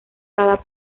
cada